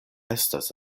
estas